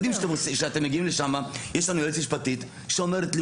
כשאתם מגיעים לשם יש לנו יועצת משפטית שאומרת לי,